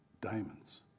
diamonds